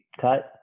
cut